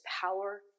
power